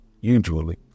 Usually